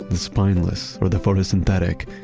the spineless, or the photosynthetic.